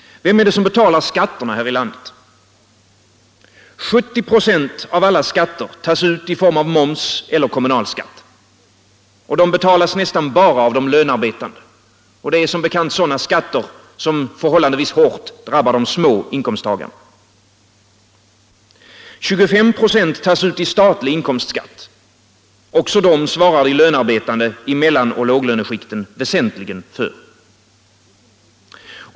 Vem betalar skatterna här i landet? 70 96 av alla skatter tas ut i form av moms eller kommunalskatt — de betalas nästan bara av de lönearbetande. Det är som bekant sådana skatter som förhållandevis hårt drabbar de små inkomsttagarna. 25 96 tas ut i statlig inkomstskatt — också den svarar de lönearbetande i mellanoch låglöneskikten väsentligen för.